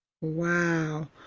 Wow